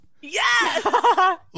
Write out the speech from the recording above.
Yes